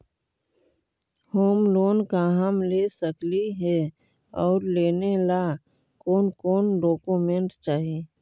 Home loan का हम ले सकली हे, और लेने ला कोन कोन डोकोमेंट चाही?